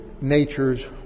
natures